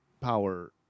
power